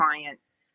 clients